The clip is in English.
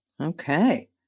Okay